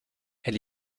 elle